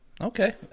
Okay